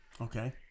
okay